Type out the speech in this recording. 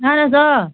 اَہَن حظ آ